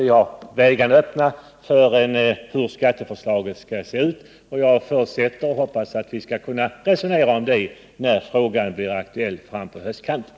Vi har ställt oss öppna för diskussion om utformningen av skatteförslaget. Jag hoppas och förutsätter att vi skall kunna resonera om det när frågan blir aktuell under hösten.